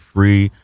Free